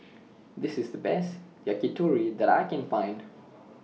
This IS The Best Yakitori that I Can Find